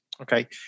Okay